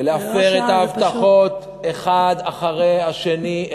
ולהפר את ההבטחות אחת אחרי השנייה,